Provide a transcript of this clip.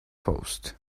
post